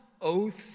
oaths